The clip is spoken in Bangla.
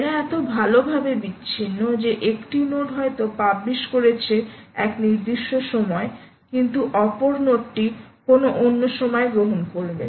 এরা এত ভালোভাবে বিচ্ছিন্ন যে একটি নোড হয়তো পাবলিশ করেছে এক নির্দিষ্ট সময় কিন্তু অপর নোডটি কোন অন্য সময় গ্রহণ করবে